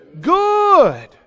good